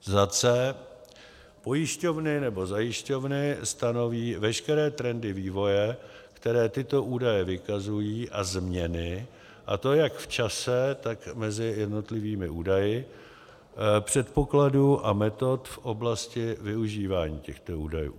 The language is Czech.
c) pojišťovny nebo zajišťovny stanoví veškeré trendy vývoje, které tyto údaje vykazují, a změny a to jak v čase, tak mezi jednotlivými údaji předpokladů a metod v oblasti využívání těchto údajů;